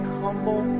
humble